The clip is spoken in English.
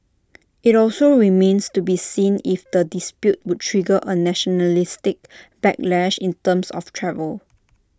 IT also remains to be seen if the dispute would trigger A nationalistic backlash in terms of travel